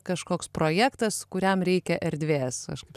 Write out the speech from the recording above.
kažkoks projektas kuriam reikia erdvės aš kaip